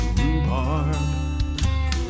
rhubarb